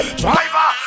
driver